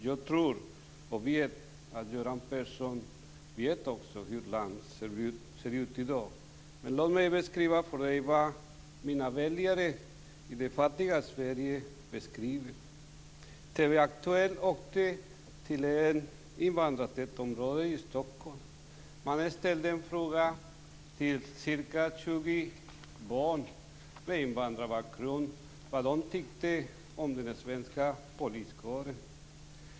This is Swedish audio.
Jag tror och vet att Göran Persson också vet hur landet ser ut i dag, men låt mig berätta vad mina väljare i det fattiga Sverige beskriver. TV Aktuellt åkte till ett invandrartätt område i Stockholm. Man ställde frågan till ca 20 barn med invandrarbakgrund vad de tyckte om den svenska poliskåren.